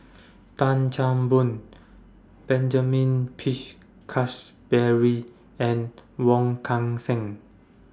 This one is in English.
Tan Chan Boon Benjamin Peach Keasberry and Wong Kan Seng